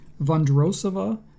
Vondrosova